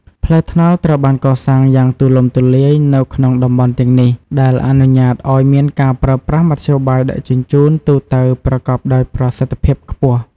ផ្លូវថ្នល់ត្រូវបានកសាងយ៉ាងទូលំទូលាយនៅក្នុងតំបន់ទាំងនេះ ដែលអនុញ្ញាតឱ្យមានការប្រើប្រាស់មធ្យោបាយដឹកជញ្ជូនទូទៅប្រកបដោយប្រសិទ្ធភាពខ្ពស់